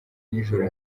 nijoro